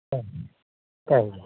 thank you